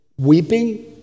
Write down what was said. weeping